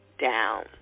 down